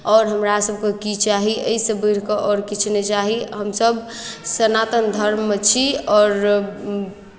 आओर हमरासभके की चाही एहिसँ बढ़ि कऽ आओर किछु नहि चाही हमसभ सनातन धर्ममे छी आओर